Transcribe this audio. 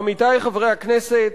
עמיתי חברי הכנסת,